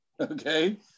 Okay